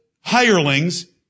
hirelings